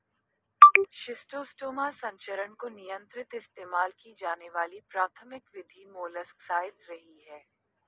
schistosoma संचरण को नियंत्रित इस्तेमाल की जाने वाली प्राथमिक विधि मोलस्कसाइड्स रही है